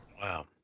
Wow